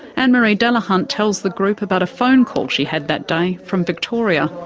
anne-marie delahunt tells the group about a phone call she had that day from victoria.